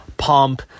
Pump